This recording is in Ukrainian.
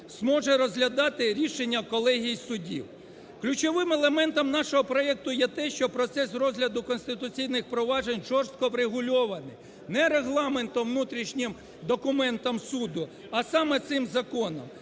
зможе розглядати рішення колегії суддів. Ключовим елементом нашого проекту є те, що процес розгляду конституційних проваджень жорстко врегульований не регламентом, внутрішнім документом суду, а саме цим законом.